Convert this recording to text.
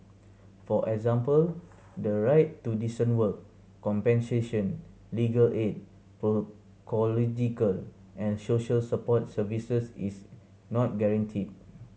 for example the right to decent work compensation legal aid and social support services is not guaranteed